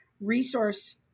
resource